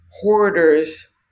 hoarders